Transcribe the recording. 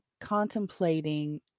contemplating